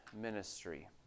ministry